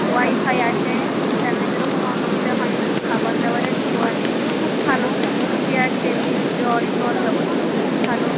wifi আছে ইন্টারনেটেরও কোনো অসুবিধা হয় না খাবার দাবারের কোয়ালিটিও খুব ভালো চেয়ার টেবিল জল টল ব্যবস্থাও খুব ভালো